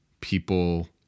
people